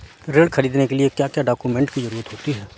ऋण ख़रीदने के लिए क्या क्या डॉक्यूमेंट की ज़रुरत होती है?